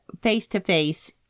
face-to-face